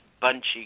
Bunchy